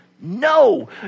No